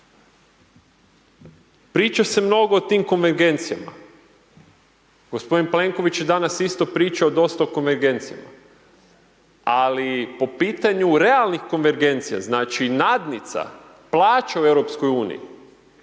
Priča se mnogo o tim konvergencijama, gospodin Plenković je danas isto pričao dosta o konvergencijama, ali po pitanju realnih konvergencija, znači nadnica, plaća u